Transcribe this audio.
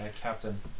Captain